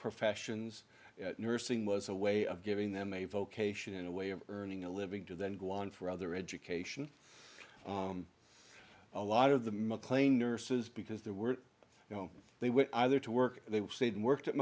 professions nursing was a way of giving them a vocation in a way of earning a living to then go on for other education a lot of the mcclane nurses because there were you know they were either to work they stayed and worked at